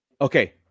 okay